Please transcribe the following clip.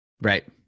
Right